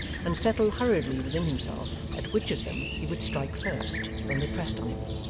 and settle hurriedly within himself at which of them he would strike first, when they pressed on him.